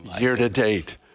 year-to-date